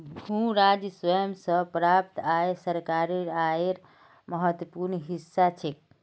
भू राजस्व स प्राप्त आय सरकारेर आयेर महत्वपूर्ण हिस्सा छेक